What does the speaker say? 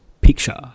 picture